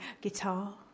Guitar